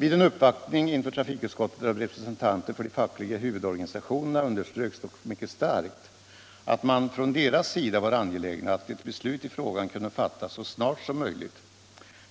Vid en uppvaktning inför trafikutskottet av representanter för de fackliga huvudorganisationerna underströks dock mycket starkt att man från deras sida var angelägen att ett beslut i frågan kunde fattas så snart som möjligt,